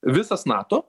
visas nato